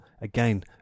Again